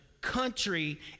country